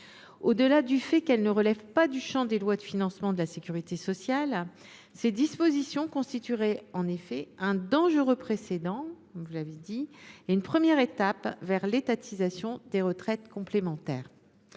Outre qu’elles ne relèvent pas du champ des lois de financement de la sécurité sociale, ces dispositions constitueraient en effet un dangereux précédent et une première étape vers l’étatisation des retraites complémentaires.